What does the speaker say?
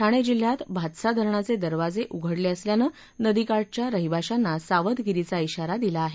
ठाणे जिल्ह्यात भातसा धरणाचे दरवाजे उघडले असल्यानं नदीकाठच्या रहिवाशांना सावधगिरीचा धाारा दिला आहे